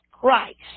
Christ